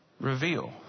reveal